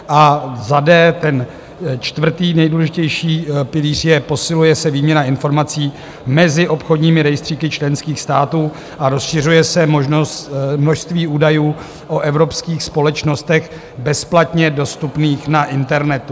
d) Ten čtvrtý, nejdůležitější pilíř je: Posiluje se výměna informací mezi obchodními rejstříky členských států a rozšiřuje se množství údajů o evropských společnostech bezplatně dostupných na internetu.